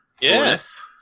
Yes